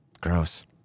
Gross